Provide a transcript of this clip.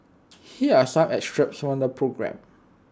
here are some excerpts from the programme